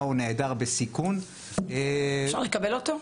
מה הוא נעדר בסיכון --- אפשר לקבל אותו?